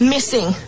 Missing